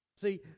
See